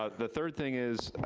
ah the third thing is,